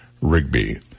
Rigby